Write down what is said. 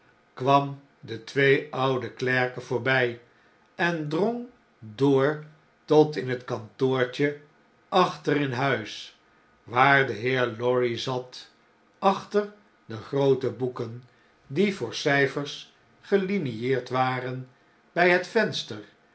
kwam de twee oude klerken voorbjj en drong door tot in het kantoortje achter in huis waar de heer lorry zat achter degroote boeken die voor cftfers gelinieerd waren by het venster